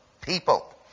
people